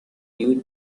you